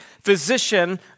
physician